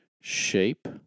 shape